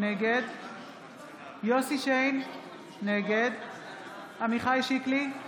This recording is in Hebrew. נגד יוסף שיין, נגד עמיחי שיקלי,